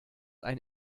ein